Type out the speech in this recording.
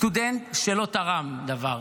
שלא תרם דבר,